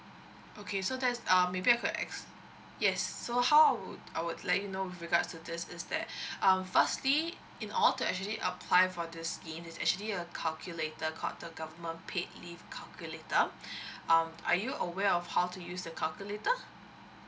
okay so that's um maybe I could ex~ yes so how I would I would let you know with regards to this is that um firstly in all to actually apply for this scheme it's actually a calculator called the government paid leave calculator um are you aware of how to use the calculator